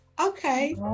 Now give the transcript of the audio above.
Okay